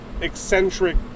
eccentric